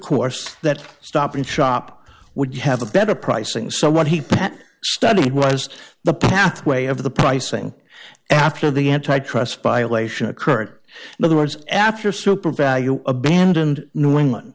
course that stopping shop would have a better pricing so what he studied was the pathway of the pricing after the antitrust violation occurred but the words after super value abandoned new england